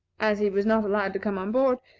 as he was not allowed to come on board,